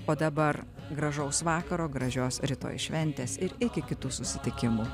o dabar gražaus vakaro gražios rytoj šventės ir iki kitų susitikimų